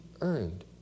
earned